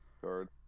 card